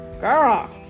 Girl